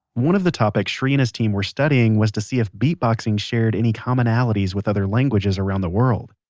one of the topics shri and his team were studying was to see if beatboxing shared any commonalities with other languages around the world?